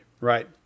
right